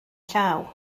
llaw